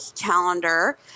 calendar